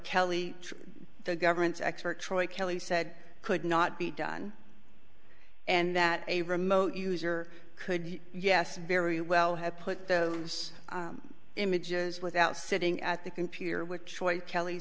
kelly the government's expert troy kelly said could not be done and that a remote user could yes very well have put those images without sitting at the computer which kelly